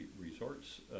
resorts